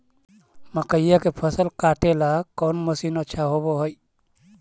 मकइया के फसल काटेला कौन मशीन अच्छा होव हई?